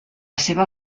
seva